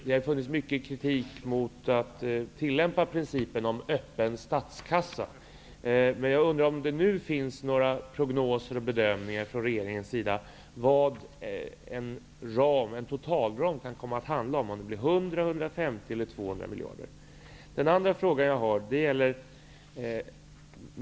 Det har riktats mycket kritik mot att man skulle tillämpa principen om öppen statskassa. Jag undrar om det nu finns några prognoser och bedömningar från regeringens sida om vilket belopp en totalram kan komma att uppgå till. Rör det sig om 100, 150 eller 200 miljarder?